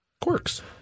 Quirks